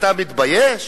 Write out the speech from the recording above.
אתה מתבייש?